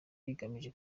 rigamije